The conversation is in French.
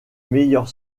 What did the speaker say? meilleur